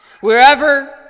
Wherever